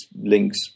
links